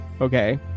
okay